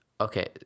okay